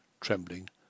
trembling